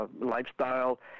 lifestyle